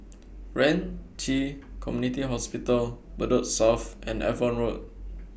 Ren Ci Community Hospital Bedok South and Avon Road